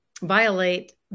violate